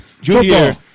Junior